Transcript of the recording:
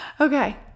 Okay